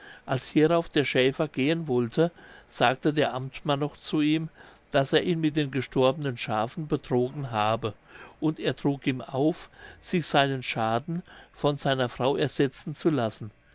als hierauf der schäfer gehen wollte sagte der amtmann noch zu ihm daß er ihn mit den gestorbenen schafen betrogen habe und er trug ihm auf sich seinen schaden von seiner frau ersetzen zu lassen